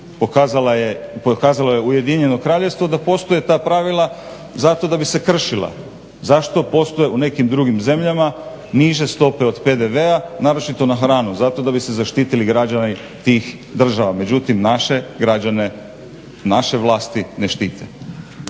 pokazalo je Ujedinjeno Kraljevstvo da postoje ta pravila zato da bi se kršila. Zašto postoje u nekim drugim zemljama niže stope od PDV-a naročito na hranu? Zato da bi se zaštitili građani tih država. Međutim, naše građane, naše vlasti ne štite.